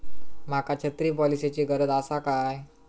माका छत्री पॉलिसिची गरज आसा काय?